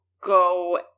go